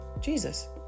Jesus